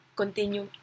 continue